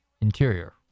interior